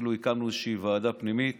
אפילו הקמנו איזושהי ועדה פנימית